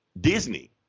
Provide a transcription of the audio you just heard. Disney